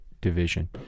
division